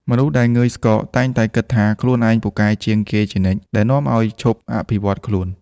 មនុស្សដែលងើយស្កក តែងតែគិតថាខ្លួនឯងពូកែជាងគេជានិច្ច ដែលនាំឱ្យឈប់អភិវឌ្ឍខ្លួន។